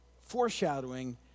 foreshadowing